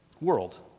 world